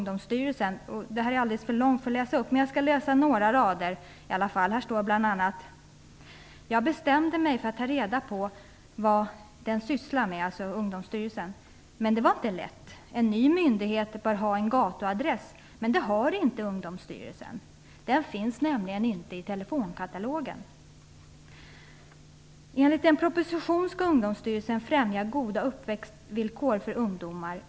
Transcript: Den är alldeles för lång för att läsa upp, men jag skall läsa några rader. Det står bl.a.: "Jag bestämde mig för att ta reda på vad den sysslar med". Det gäller alltså Ungdomsstyrelsen. "Men det var inte lätt. En ny myndighet bör ha en gatuadress, men det har inte Ungdomsstyrelsen. Den finns nämligen inte i telefonkatalogen. - Enligt en proposition ska Ungdomsstyrelsen främja goda uppväxtvillkor för ungdomar.